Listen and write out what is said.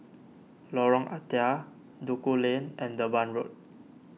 Lorong Ah Thia Duku Lane and Durban Road